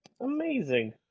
Amazing